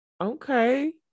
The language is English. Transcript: Okay